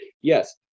yes